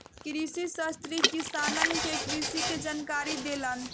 कृषिशास्त्री किसानन के कृषि के जानकारी देलन